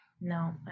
no